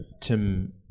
Tim